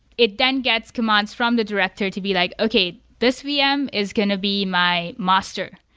it then gets commands from the director to be like, okay. this vm is going to be my master.